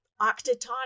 octatonic